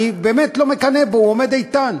אני באמת לא מקנא בו, הוא עומד איתן.